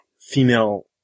female